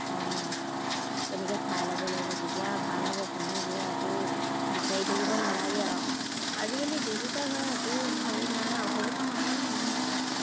অঁ তেনেকৈ চাই ল'ব লাগিব তেতিয়া ভাল হ'ব পোনেই গৈ আকৌ বিচাৰি থাকিব নালাগে আৰু আজিকালি ডিজিটেল হয় একো হেৰি নাই আৰু অসুবিধা নহয় মানুহৰ